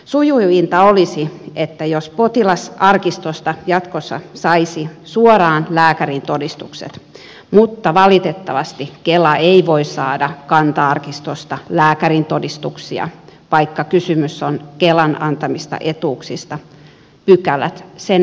sujuvinta olisi jos potilasarkistosta jatkossa saisi suoraan lääkärintodistukset mutta valitettavasti kela ei voi saada kanta arkistosta lääkärintodistuksia vaikka kysymys on kelan antamista etuuksista pykälät sen estävät